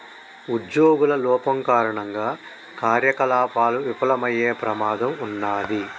ఉజ్జోగుల లోపం కారణంగా కార్యకలాపాలు విఫలమయ్యే ప్రమాదం ఉన్నాది